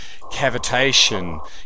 cavitation